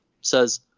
says